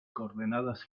coordenadas